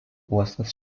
uostas